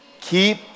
Keep